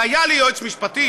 והיה לי יועץ משפטי,